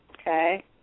Okay